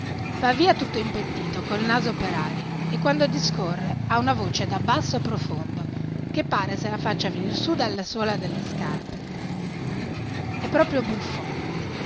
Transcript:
va via tutto impettito col naso per aria e quando discorre ha una voce da basso profondo che pare se la faccia venir su dalle suola delle scarpe è proprio buffo